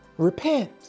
Repent